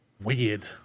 weird